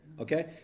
Okay